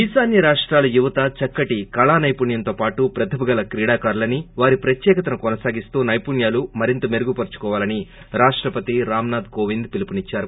ఈశాన్య రాష్ట్రాల యువత చక్కటి కళా సైపుణ్యంతో పాటు ప్రతిభ గల క్రీదాకారులనిల్ వారి ప్రత్యేకతను కొనసాగిస్తూ నైపుణ్యాలను మరింత మెరుగుపరుచుకోవాలని రాష్టపతి రాంనాధ్ కొవింద్ పిలుపునిచ్చారు